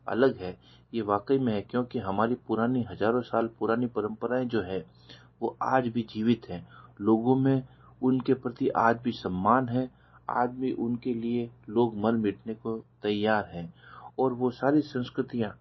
अलग है यह वाकई में है क्योंकि हमारी पुरानी हज़ारों साल पुरानी परम्पराएँ जो है वह आज भी जीवित हैं लोगो में उनके प्रति आज भी सम्मान है आज भी उनके लिए लोग मर मिटने को तैयार हैं और वह सारी संस्कृतियाँ